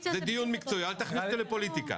זה דיון מקצועי, אל תכניס אותי לפוליטיקה.